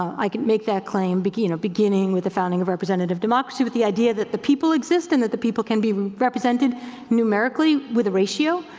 i can make that claim beginning beginning with the founding of representative democracy with the idea that the people exist and that the people can be represented numerically with a ratio.